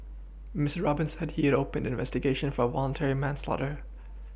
Mister Robin said he opened an investigation for voluntary manslaughter